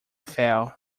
fail